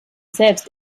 selbst